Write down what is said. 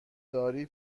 داری